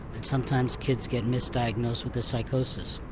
and sometimes kids get misdiagnosed with a psychosis.